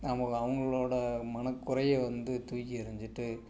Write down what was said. நமக்கு அவங்களோட மனக் குறையை வந்து தூக்கி எறிஞ்சிட்டு